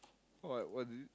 what what do you